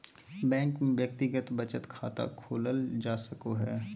bank में व्यक्तिगत बचत खाता खोलल जा सको हइ